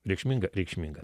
reikšminga reikšminga